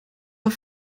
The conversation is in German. auf